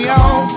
on